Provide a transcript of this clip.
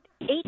Eight